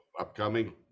upcoming